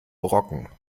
brocken